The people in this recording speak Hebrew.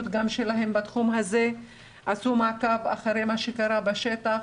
שלהם בתחום הזה עשינו מעקב אחרי מה שקרה בשטח